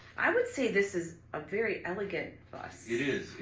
i would say this is a very elegant bus. it is.